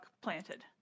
planted